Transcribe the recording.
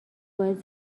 باید